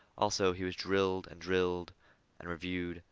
also, he was drilled and drilled and reviewed,